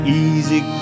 easy